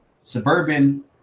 suburban